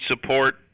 support